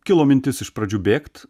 kilo mintis iš pradžių bėgt